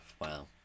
wow